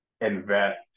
invest